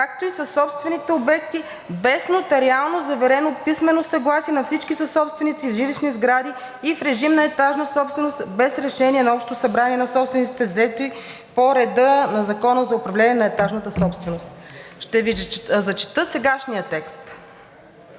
както и със собствените обекти без нотариално заверено писмо съгласие на всички съсобственици в жилищни сгради и в режим на етажна собственост, без решение на Общото събрание на собствениците, взети по реда на Закона за управление на етажната собственост.“ Ще Ви зачета сегашния текст.